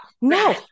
No